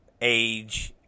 age